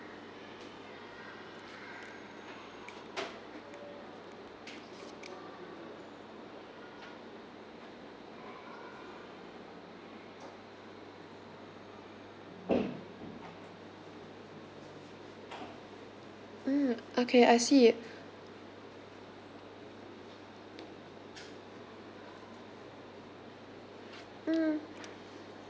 mm okay I see mm